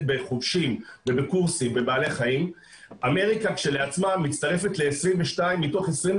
בחובשים ובקורסים בבעלי חיים אמריקה כשלעצמה מצטרפת ל-22 מתוך 28